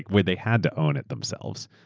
where they had to own it themselves.